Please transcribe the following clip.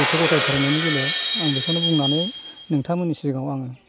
गथ' गथाय फोरोंनायनि बेलायाव आं बेखौनो बुंनानै नोंथांमोननि सिगाङाव आं